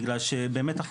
בגלל שבאמת,